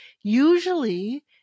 Usually